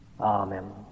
Amen